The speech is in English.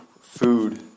Food